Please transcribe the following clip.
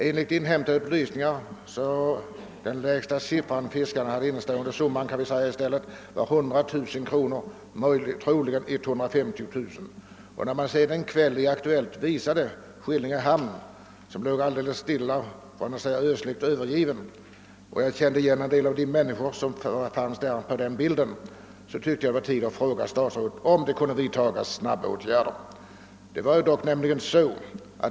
Enligt inhämtade upplysningar var den lägsta summa som dessa fiskare hade innestående 100000 kronor, möjligen 150 000. När jag sedan en kväll i Aktuellt såg Skillinge hamn, som låg stilla, ödslig och övergiven, och jag kände igen en del av människorna som förekom på bilderna, tyckte jag det var tid att fråga statsrådet, om snabba åtgärder kunde vidtas.